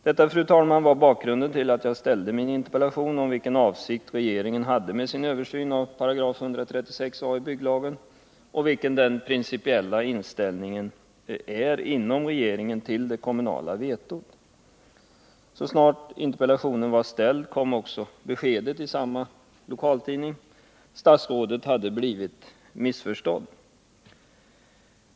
Detta, fru talman, var bakgrunden till att jag framställde min interpellation om regeringens avsikt med översynen av 136 a § byggnadslagen och om regeringens principiella inställning till det kommunala vetot. Så snart interpellationen hade blivit framställd kom beskedet i samma lokaltidning. Statsrådet hade blivit missförstådd.